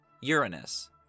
Uranus